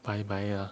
bye bye lah